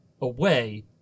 away